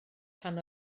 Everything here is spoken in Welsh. pan